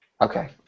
Okay